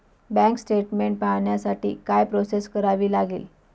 Bank statement पाहण्यासाठी काय process करावी लागेल?